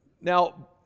Now